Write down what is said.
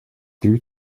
due